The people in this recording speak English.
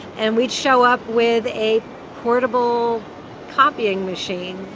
and we'd show up with a portable copying machine.